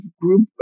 group